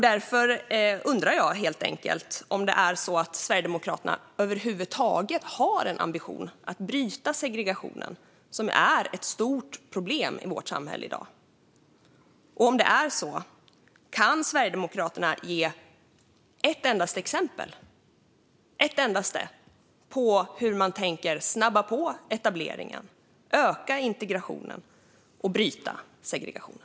Därför undrar jag om Sverigedemokraterna över huvud taget har en ambition att bryta segregationen, som är ett stort problem i vårt samhälle i dag. Kan Sverigedemokraterna ge ett enda exempel på hur man tänker snabba på etableringen, öka integrationen och bryta segregationen?